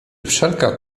wszelka